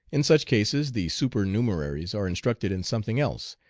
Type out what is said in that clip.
in such cases the supernumeraries are instructed in something else,